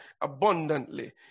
abundantly